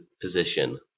position